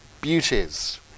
beauties